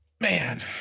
man